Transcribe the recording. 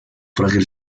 frágil